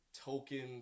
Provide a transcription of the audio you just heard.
token